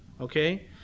okay